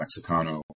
Mexicano